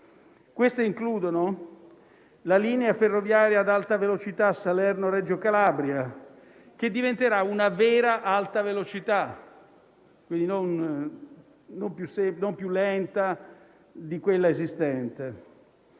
Queste includono la linea ferroviaria ad alta velocità Salerno-Reggio Calabria, che diventerà una vera alta velocità: quindi, non più lenta di quella esistente.